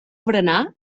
berenar